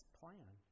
plan